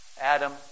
Adam